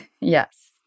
Yes